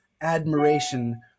admiration